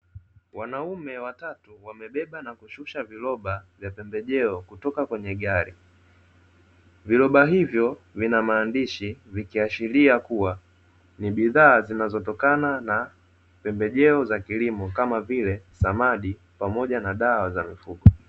Wanaume watatu wamebeba na kushusha viroba vya pembejeo kutoka kwenye gari, viroba hivyo vina maandishi vikiashiria kuwa ni bidhaa zinazotokana na pembejeo za kilimo kama vile samadi pamoja na dawa za mifugo.